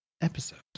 episode